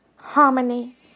harmony